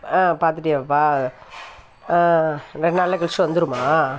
ஆ பார்த்துட்டியா பாப்பா ஆ ரெண்டு நாள்ல கழிச்சு வந்துருமா